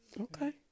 okay